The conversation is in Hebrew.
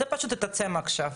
זה פשוט התעצם עכשיו.